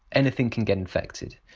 anything can get infected.